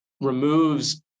removes